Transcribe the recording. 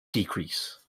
decrease